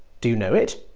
do you know it?